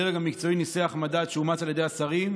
הדרג המקצועי ניסח מדד שאומץ על ידי השרים,